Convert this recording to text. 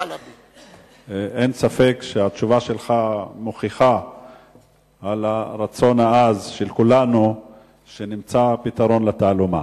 אין ספק שהתשובה שלך מוכיחה את הרצון העז של כולנו שנמצא פתרון לתעלומה,